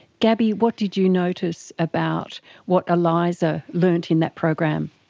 gabby, what did you notice about what eliza learnt in that program?